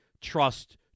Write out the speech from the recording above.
trust